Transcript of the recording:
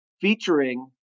featuring